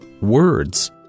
words